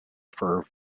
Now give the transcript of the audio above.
for